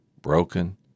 broken